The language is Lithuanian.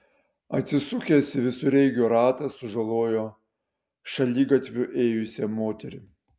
atsisukęs visureigio ratas sužalojo šaligatviu ėjusią moterį